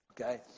okay